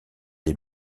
des